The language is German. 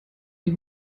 die